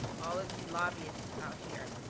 all of you lobbyists out here,